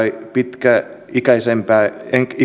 pitkäikäisempiä